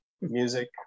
music